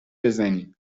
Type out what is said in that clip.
بزنیم